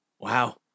wow